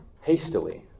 hastily